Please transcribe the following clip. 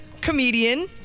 Comedian